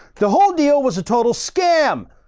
the whole deal was a total scam.